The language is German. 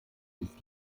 ist